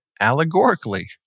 allegorically